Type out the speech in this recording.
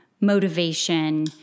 motivation